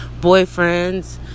boyfriends